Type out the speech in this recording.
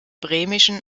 bremischen